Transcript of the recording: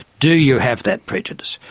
do you have that prejudice?